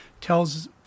tells